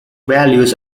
values